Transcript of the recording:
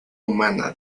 humana